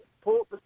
port